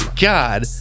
god